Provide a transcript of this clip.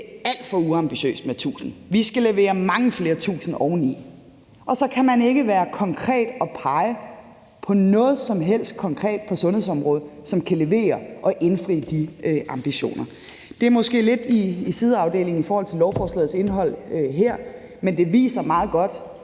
det er alt for uambitiøst med 1.000 årsværk; vi skal levere mange flere tusind oveni. Og så kan man ikke være konkret og pege på noget som helst konkret på sundhedsområdet, som kan levere på og indfri de ambitioner. Det er måske lidt i sideafdelingen i forhold til lovforslagets indhold her, men det viser meget godt,